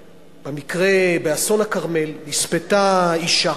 במקרה, באסון הכרמל נספתה אשה,